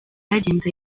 agenda